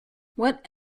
what